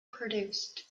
produced